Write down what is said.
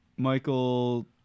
Michael